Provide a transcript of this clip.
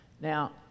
Now